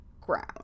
ground